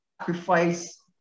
sacrifice